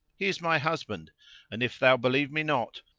he is my husband and if thou believe me not,